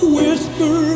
Whisper